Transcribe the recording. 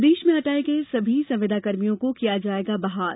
प्रदेश में हटाए गये सभी संविदाकर्मियों को किया जाएगा बहाल